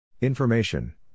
Information